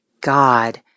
God